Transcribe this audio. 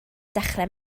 dechrau